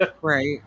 Right